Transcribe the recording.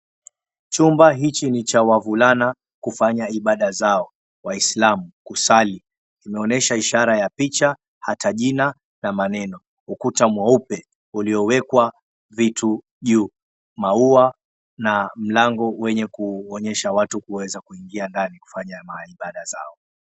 Chumba hichi ni cha wavulana kufanya ibada zao, waislamu kusali inaonyesha ishara ya picha hata jina na maneno, ukuta mweupe uliowekwa vitu juu. Maua na mlango wenye kuonyesha watu kuweza kuingia ndani kufanya maibada zao.